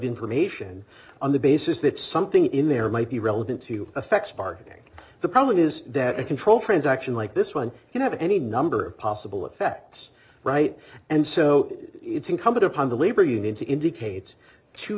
information on the basis that something in there might be relevant to effect sparking the problem is that a control transaction like this one you have any number of possible effects right and so it's incumbent upon the labor union to indicate to